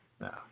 No